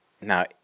now